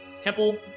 temple